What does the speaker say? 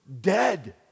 dead